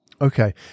Okay